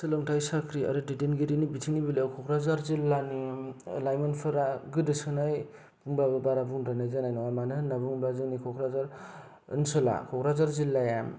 सोलोंथाइ साख्रि आरो दैदेनगिरिनि बिथिंनि बेलायाव कक्राझार जिल्लानि लाइमोनफोरा गोदोसोनाय होनबाबो बुंबाबो बारा बुंद्रायनाय जानाय नङा मानो होनना बुङोबा जोंनि कक्राझार ओनसोला कक्राझार जिल्लाया